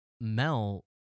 Mel